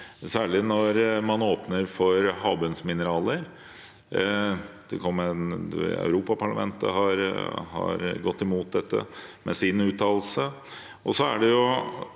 særlig når man åpner for havbunnsmineraler. Europaparlamentet har gått imot dette med sin uttalelse.